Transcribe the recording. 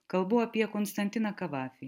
kalbu apie konstantiną kavafį